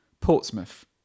Portsmouth